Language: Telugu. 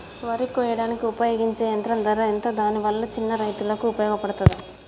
వరి కొయ్యడానికి ఉపయోగించే యంత్రం ధర ఎంత దాని వల్ల చిన్న రైతులకు ఉపయోగపడుతదా?